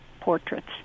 portraits